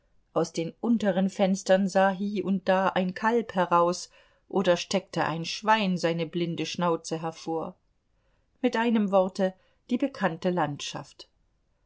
aus den unteren fenstern sah hie und da ein kalb heraus oder steckte ein schwein seine blinde schnauze hervor mit einem worte die bekannte landschaft